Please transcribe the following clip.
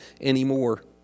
anymore